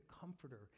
comforter